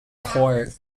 court